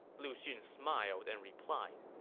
lu xun smiled and replied,